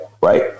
Right